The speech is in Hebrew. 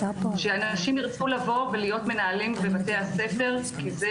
שאנשים ירצו להיות מנהלים בבתי הספר כי זה